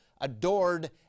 adored